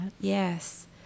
Yes